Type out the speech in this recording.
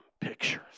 pictures